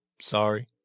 Sorry